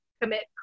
commit